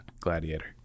Gladiator